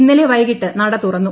ഇന്നലെ വൈകിട്ട് നട തുറന്നു